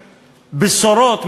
בשורות,